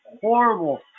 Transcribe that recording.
horrible